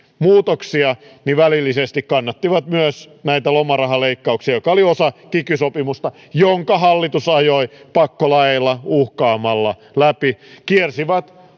muutoksia välillisesti kannattivat myös lomarahaleikkauksia jotka olivat osa kiky sopimusta jonka hallitus ajoi pakkolaeilla uhkaamalla läpi kiersi